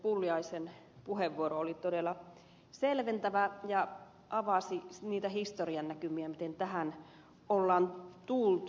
pulliaisen puheenvuoro oli todella selventävä ja avasi niitä historian näkymiä miten tähän on tultu